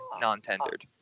non-tendered